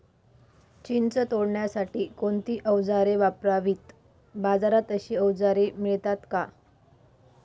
चिंच तोडण्यासाठी कोणती औजारे वापरावीत? बाजारात अशी औजारे मिळतात का?